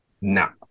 No